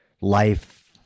life